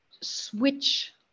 switch